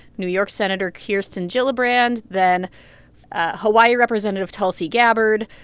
new york senator kirsten gillibrand, then hawaii representative tulsi gabbard,